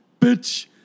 bitch